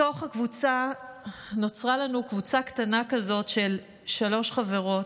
מתוך הקבוצה נוצרה לנו קבוצה קטנה כזאת של שלוש חברות.